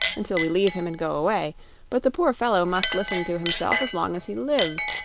until we leave him and go away but the poor fellow must listen to himself as long as he lives,